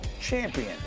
champion